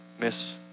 miss